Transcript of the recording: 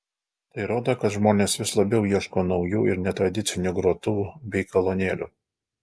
tai rodo kad žmonės vis labiau ieško naujų ir netradicinių grotuvų bei kolonėlių